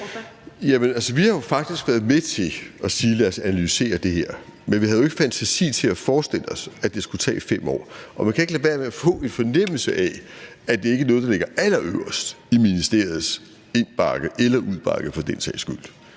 vi har jo faktisk været med til at sige: Lad os analysere det her. Men vi havde jo ikke fantasi til at forestille os, at det skulle tage 5 år. Og man kan ikke lade være med at få en fornemmelse af, at det ikke er noget, der ligger allerøverst i ministeriets indbakke, eller udbakke for den sags skyld: